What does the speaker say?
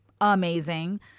amazing